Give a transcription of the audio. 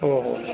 ಹೋ ಹೋ